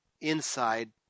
inside